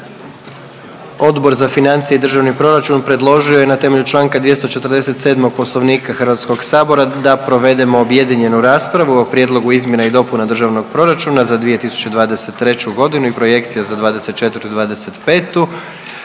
Odbor za financije i državni proračun predložio je na temelju čl. 247. Poslovnika HS-a da provedemo objedinjenu raspravu o Prijedlogu izmjena i dopuna Državnog proračuna za 2023. godinu i projekcija za 2024. i 2025.